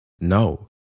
No